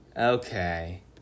okay